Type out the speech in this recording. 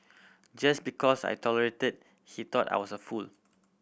just because I tolerated he thought I was a fool